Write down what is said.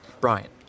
Brian